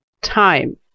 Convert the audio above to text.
time